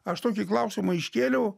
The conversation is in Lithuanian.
aš tokį klausimą iškėliau